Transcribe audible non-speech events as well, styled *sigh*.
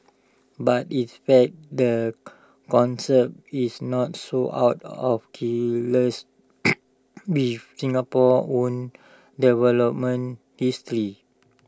but in fact the concept is not so out of kilter *noise* *noise* with Singapore's own development history